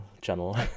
channel